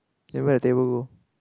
ya where the table go